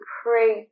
pray